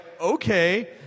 okay